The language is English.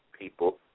people